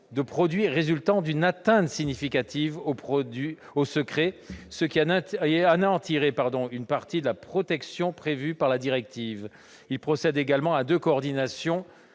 de produits résultant d'une atteinte significative au secret, rédaction qui anéantirait une partie de la protection prévue par la directive. Il procède également à deux coordinations